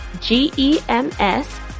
G-E-M-S